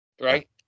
Right